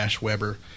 Weber